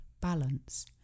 balance